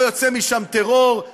לא יוצא משם טרור,